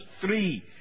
three